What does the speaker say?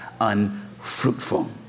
unfruitful